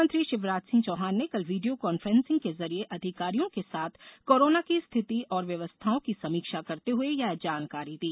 मुख्यमंत्री शिवराज सिंह चौहान ने कल वीडियों कान्फ्रेसिंग के जरिए अधिकारियों के साथ कोरोना की स्थिति और व्यवस्थाओं की समीक्षा करते हुए ये जानकारी दी